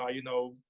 ah you know,